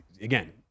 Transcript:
again